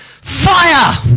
fire